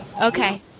Okay